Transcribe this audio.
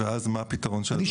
ואז מה הפתרון שלנו?